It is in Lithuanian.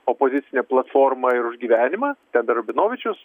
opozicinė platforma ir už gyvenimą ten dar ubinovičius